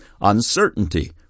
Uncertainty